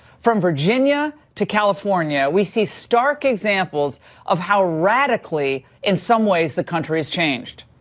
from virginia to california, we see stark examples of how radically, in some ways, the country has changed.